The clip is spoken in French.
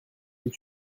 est